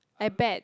I bet